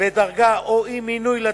בדרגה או אי-מינוי לתפקיד.